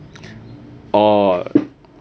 orh